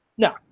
No